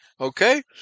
Okay